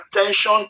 attention